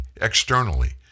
externally